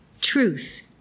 Truth